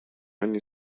أني